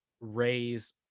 raise